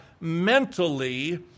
mentally